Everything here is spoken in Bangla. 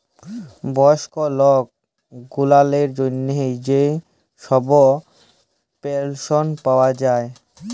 বয়স্ক লক গুলালের জ্যনহে যে ছব পেলশল পাউয়া যায়